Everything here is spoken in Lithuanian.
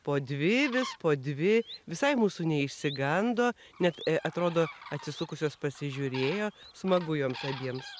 po dvi po dvi visai mūsų neišsigando net atrodo atsisukusios pasižiūrėjo smagu jom jiems